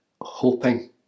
hoping